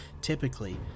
Typically